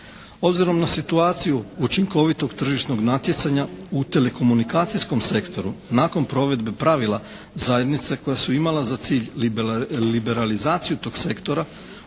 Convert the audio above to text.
Obzirom na situaciju učinkovitog tržišnog natjecanja u telekomunikacijskom sektoru nakon provedbe pravila zajednice koja su imala za cilj liberalizaciju tog sektora,